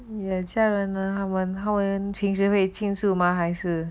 你的家人呢他们平时为庆祝吗还是